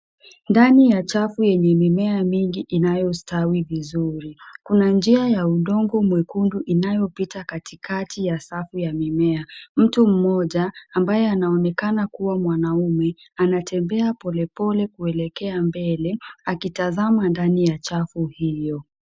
Ndani ya chafu yenye mimea mingi inayostawi vizuri. Kuna njia ya udongo mwekundu inayopita katikati ya safu ya mimea. Mtu mmoja ambaye anaonekana kuwa mwanamume anatembea polepole kuelekea mbele akitazama ndani ya chafu hiyo.